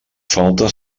falta